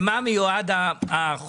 אני מדבר מקצועית לגבי העניין עצמו.